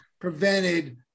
prevented